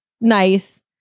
nice